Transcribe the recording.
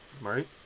right